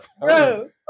Bro